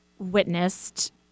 witnessed